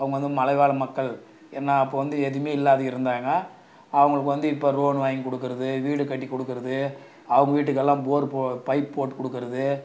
அவங்க வந்து மலைவாழ் மக்கள் என்ன அப்போது வந்து எதுவுமே இல்லாது இருந்தாங்க அவங்களுக்கு வந்து இப்போ லோனு வாங்கி கொடுக்குறது வீட்டுக்கட்டி கொடுக்குறது அவங்க வீட்டுக்கெல்லாம் போர் பைப் போட்டுக் கொடுக்குறது